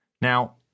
Now